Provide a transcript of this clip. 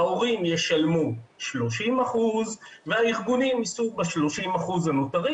ההורים ישלמו 30% והארגונים יישאו ב-30% הנותרים.